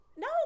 No